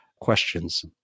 questions